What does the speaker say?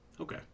okay